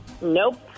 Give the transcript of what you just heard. Nope